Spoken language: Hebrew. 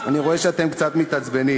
אני רואה שאתם קצת מתעצבנים.